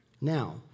Now